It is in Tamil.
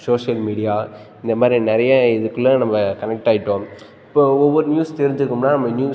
சோஷியல் மீடியா இந்த மாதிரி நிறைய இதுக்குள்ளே நம்ம கனெக்ட் ஆகிட்டோம் இப்போது ஒவ்வொரு நியூஸ் தெரிஞ்சுக்கணும்னா நம்ம நியூஸ்